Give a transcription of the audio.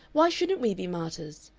why shouldn't we be martyrs?